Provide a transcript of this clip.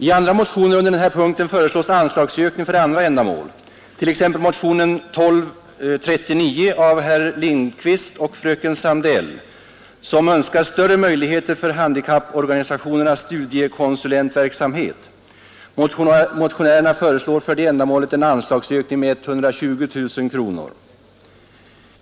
I andra motioner under den här punkten föreslås anslagsökning för andra ändamål. I motionen 1239 av herr Lindkvist och fröken Sandell önskar man större möjligheter för handikapporganisationernas studiekonsulentverksamhet. Motionärerna föreslår för det ändamålet en anslagsökning med 120 000 kronor.